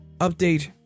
Update